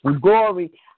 glory